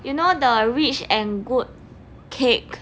you know the rich and good cake